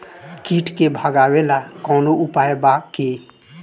कीट के भगावेला कवनो उपाय बा की?